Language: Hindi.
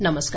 नमस्कार